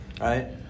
Right